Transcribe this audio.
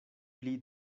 pli